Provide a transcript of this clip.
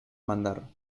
mandar